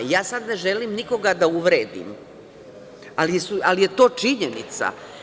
Ja sad ne želim nikoga da uvredim, ali to je činjenica.